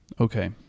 Okay